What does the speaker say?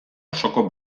osoko